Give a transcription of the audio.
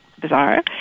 bizarre